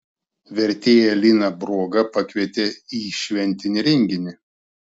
vertėją liną brogą pakvietė į šventinį renginį